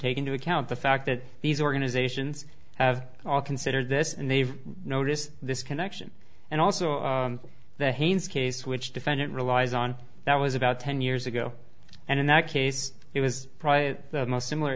take into account the fact that these organizations have all considered this and they've noticed this connection and also the haynes case which defendant relies on that was about ten years ago and in that case it was probably the most similar